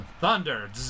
Thunder